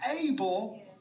able